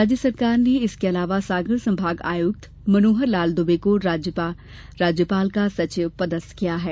राज्य सरकार ने इसके अलावा सागर संभाग आयुक्त मनोहरलाल दुबे को राज्यपाल का सचिव पदस्थ किया है